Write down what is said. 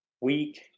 weak